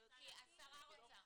השר רוצה.